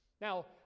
Now